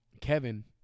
Kevin